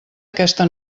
aquesta